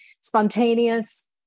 Spontaneous